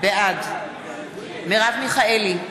בעד מרב מיכאלי,